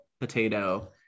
potato